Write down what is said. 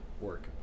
work